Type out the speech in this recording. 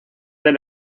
del